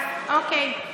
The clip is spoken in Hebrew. אז אוקיי,